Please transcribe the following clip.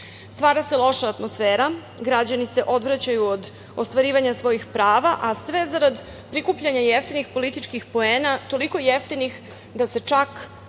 Srbije. Stvara se loša atmosfera, građani se odvraćaju od ostvarivanja svojih prava a sve zarad prikupljanja jeftinih političkih poena, toliko jeftinih da se čak